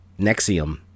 Nexium